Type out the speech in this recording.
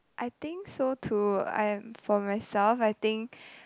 I think so too I am for myself I think